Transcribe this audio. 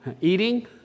Eating